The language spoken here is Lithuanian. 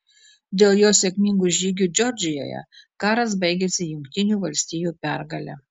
dėl jo sėkmingų žygių džordžijoje karas baigėsi jungtinių valstijų pergale